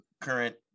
current